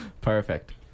Perfect